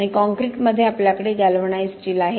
आणि कॉंक्रिटमध्ये आपल्याकडे गॅल्वनाइज्ड स्टील आहे